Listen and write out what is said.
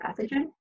pathogen